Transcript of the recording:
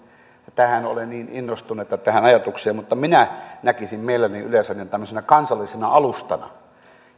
ajatuksesta ole niin innostuneita mutta minä näkisin mielelläni yleisradion tämmöisenä kansallisena alustana